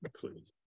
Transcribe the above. Please